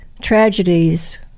tragedies